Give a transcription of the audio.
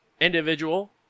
individual